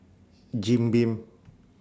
Jim Beam